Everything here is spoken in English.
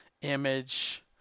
Image